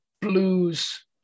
blues